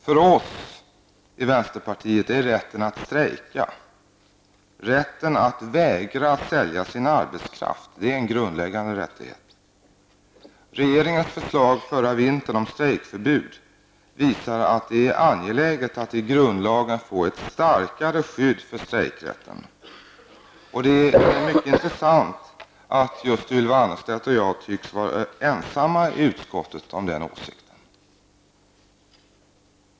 För oss i vänsterpartiet är rätten att strejka, rätten att vägra sälja sin arbetskraft, en grundläggande rättighet. Regeringens förslag förra vintern om strejkförbud visar att det är angeläget att vi i grundlagen får ett starkare skydd för strejkrätten. Det är mycket intressant att just Ylva Annerstedt och jag tycks vara ensamma i utskottet om den åsikten.